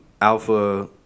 Alpha